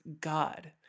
God